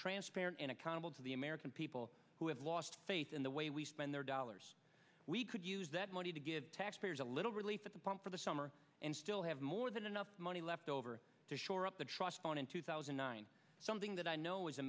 transparent and accountable to the american people who have lost faith in the way we spend their dollars we could use that money to give taxpayers a little relief at the pump for the summer and still have more than enough money left over to shore up the trust fund in two thousand and nine something that i know i